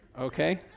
okay